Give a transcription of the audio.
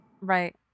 Right